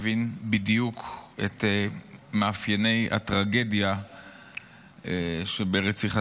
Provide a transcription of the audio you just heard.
מבין בדיוק את מאפייני הטרגדיה שברציחתו.